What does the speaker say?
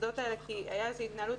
המוסדות האלה כי הייתה איזושהי התנהלות.